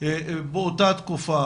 באותה תקופה,